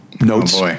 notes